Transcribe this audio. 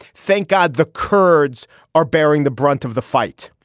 thank god the kurds are bearing the brunt of the fight.